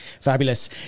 Fabulous